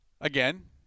Again